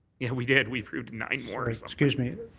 we did, we approved nine more. excuse me.